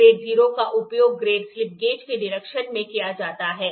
grade 0 का उपयोग grade slip gauge के निरीक्षण में किया जाता है